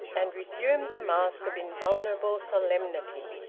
and resumed the mask of invulnerable solemnity.